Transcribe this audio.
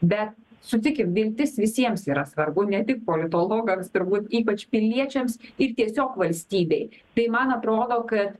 bet sutikim viltis visiems yra svarbu ne tik politologams turbūt ypač piliečiams ir tiesiog valstybei tai man atrodo kad